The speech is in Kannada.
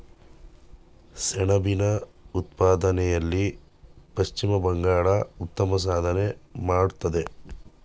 ಸೆಣಬಿನ ಉತ್ಪಾದನೆಯಲ್ಲಿ ಪಶ್ಚಿಮ ಬಂಗಾಳ ಉತ್ತಮ ಸಾಧನೆ ಮಾಡತ್ತದೆ